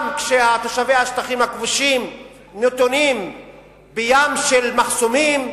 גם כשתושבי השטחים הכבושים נתונים בים של מחסומים,